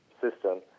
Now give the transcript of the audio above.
system